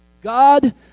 God